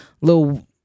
little